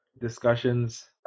discussions